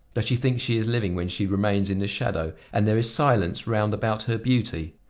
does she think she is living when she remains in the shadow and there is silence round about her beauty?